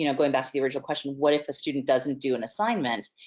you know going back to the original question what if a student doesn't do an assignment?